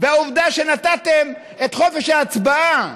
והעובדה שנתתם את חופש ההצבעה,